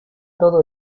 todo